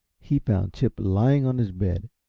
he found chip lying on his bed,